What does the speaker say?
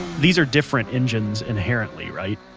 these are different engines inherently. right?